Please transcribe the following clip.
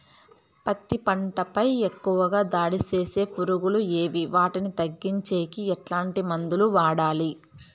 పత్తి పంట పై ఎక్కువగా దాడి సేసే పులుగులు ఏవి వాటిని తగ్గించేకి ఎట్లాంటి మందులు వాడాలి?